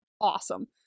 awesome